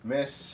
Miss